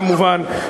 כמובן,